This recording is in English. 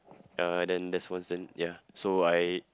uh then that's once then ya so I